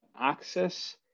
access